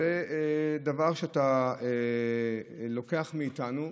זה דבר שאתה לוקח מאיתנו.